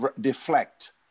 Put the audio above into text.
deflect